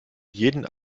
jeden